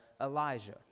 Elijah